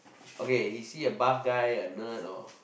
okay is he a buff guy a nerd or